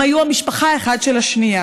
הם היו המשפחה אחד של השני.